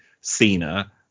Cena